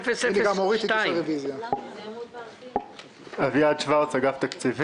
36-002. אני אביעד שוורץ, אגף תקציבים.